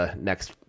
next